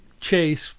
chase